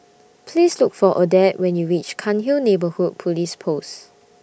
Please Look For Odette when YOU REACH Cairnhill Neighbourhood Police Post